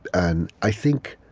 and i think,